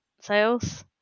sales